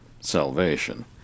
salvation